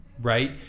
right